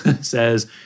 says